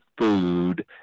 food